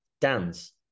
dance